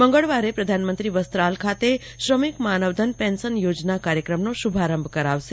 મંગળવારે પ્રધાનમંત્રી વસ્ત્રાલ ખાતે શ્રમિક માનવધન પેન્શન યોજના કાર્યક્રમનો શુભારંભ કરાવશે